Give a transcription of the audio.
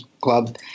club